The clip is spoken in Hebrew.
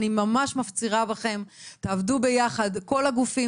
אני ממש מפצירה בכם, תעבדו ביחד, כל הגופים.